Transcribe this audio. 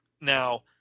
Now –